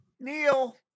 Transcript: Neil